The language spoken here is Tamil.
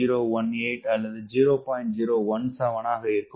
017 ஆக இருக்கும்